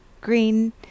green